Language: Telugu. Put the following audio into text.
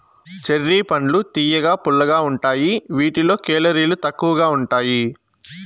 చెర్రీ పండ్లు తియ్యగా, పుల్లగా ఉంటాయి వీటిలో కేలరీలు తక్కువగా ఉంటాయి